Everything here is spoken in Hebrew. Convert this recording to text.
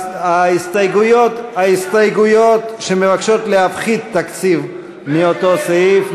ההסתייגויות שמבקשות להפחית תקציב מאותו סעיף,